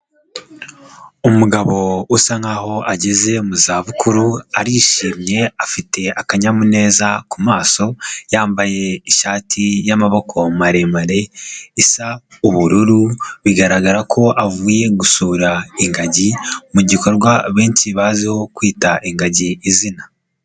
Umugabo usa nkaho ageze mu zabukuru arishimye afite akanyamuneza ku maso, yambaye ishati y'amaboko maremare isa ubururu, bigaragara ko avuye gusura ingagi mu gikorwa abenshi baziho kwita ingagi izina.